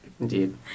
Indeed